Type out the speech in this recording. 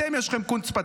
אתם, יש לכם קונץ-פטנט.